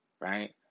right